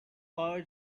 cor